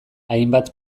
hainbat